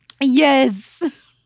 Yes